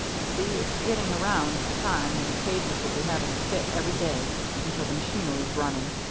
you see, it's getting around to the time when the pages'll be having a fit every day until the machinery's running,